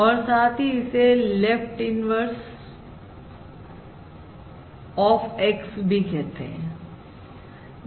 और साथ ही इसे लेफ्ट इन्वर्स आप X भी कहते हैं